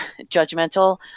judgmental